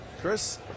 Chris